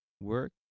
work